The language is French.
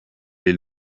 est